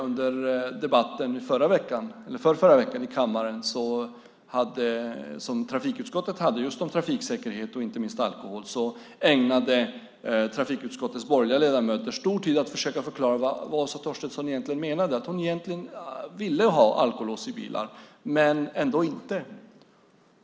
Under debatten i förrförra veckan som trafikutskottet hade om trafiksäkerhet och alkohol i kammaren ägnade trafikutskottets borgerliga ledamöter stor tid åt att försöka förklara vad Åsa Torstensson egentligen menade. Egentligen vill hon ha alkolås i bilar, men ändå inte.